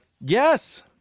Yes